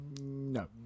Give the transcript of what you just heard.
No